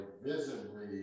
visibly